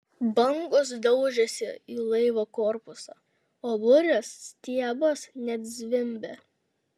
bangos daužėsi į laivo korpusą o burės stiebas net zvimbė